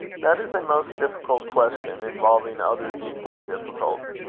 that is a most difficult question, involving others equally difficult.